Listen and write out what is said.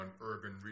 urban